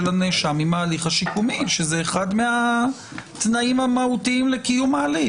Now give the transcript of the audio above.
הנאשם עם ההליך השיקומי שזה אחד מהתנאים המהותיים לקיום ההליך.